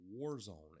Warzone